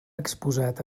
exposat